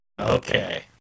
Okay